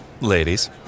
Ladies